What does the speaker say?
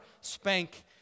spank